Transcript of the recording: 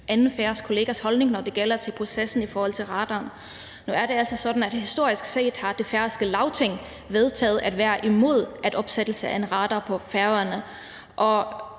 min færøske kollegas holdning, når det gælder processen i forhold til radaren. Nu er det altså sådan, at det færøske Lagting historisk set har vedtaget at være imod en opsættelse af en radar på Færøerne,